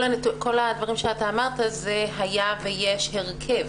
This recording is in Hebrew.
כל הדברים שאתה אמרת זה היה ויש הרכב.